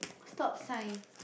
stop sign